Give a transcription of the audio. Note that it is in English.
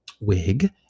wig